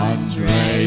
Andre